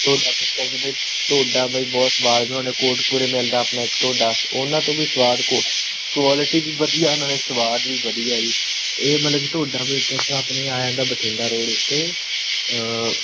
ਢੋਡਾ bakers ਵਿੱਚ ਢੋਡਾ ਬਾਈ ਬਹੁਤ ਸਵਾਦ ਬਣਾਉਦੇ ਕੋਟਕਪੁਰੇ ਮਿਲਦਾ ਆਪਣਾ ਇੱਕ ਢੋਡਾ ਉਹਨਾਂ ਤੋਂ ਵੀ ਸਵਾਦ ਕੋ ਕੁਆਲਿਟੀ ਵੀ ਵਧੀਆ ਨਾਲੇ ਸਵਾਦ ਵੀ ਵਧੀਆ ਜੀ ਇਹ ਮਤਲਬ ਕਿ ਢੋਡਾ ਬੇਕਰਸ ਆਪਣੇ ਆ ਜਾਂਦਾ ਬਠਿੰਡਾ ਰੋਡ ਉੱਤੇ